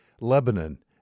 Lebanon